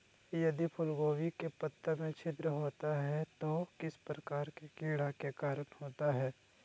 यदि फूलगोभी के पत्ता में छिद्र होता है तो किस प्रकार के कीड़ा के कारण होता है?